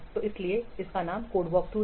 तो इसीलिए इसका नाम कोड वॉकथ्रू है